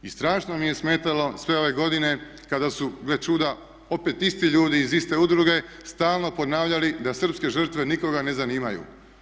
I strašno mi je smetalo sve ove godine kada su gle čuda opet isti ljudi iz iste udruge stalno ponavljali da srpske žrtve nikoga ne zanimaju.